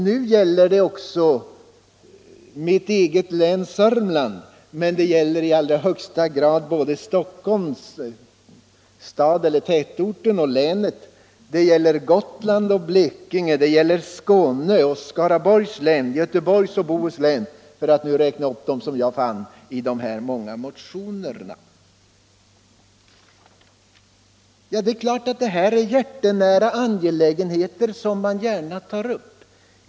Nu gäller det också mitt eget län, Södermanland, det rör i allra högsta grad Stockholms län — alltså både Stockholms kommun och länet —- samt Gotland, Blekinge, Skånelänen, Skaraborgs län, Göteborgs och Bohus län, för att nu räkna upp dem som jag fann i de många motionerna. Det är klart att detta är hjärtenära angelägenheter, som man gärna tar upp.